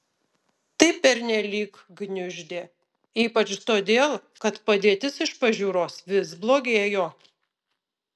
tai pernelyg gniuždė ypač todėl kad padėtis iš pažiūros vis blogėjo